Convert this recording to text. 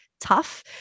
tough